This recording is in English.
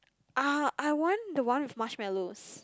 ah I want the one with marshmallows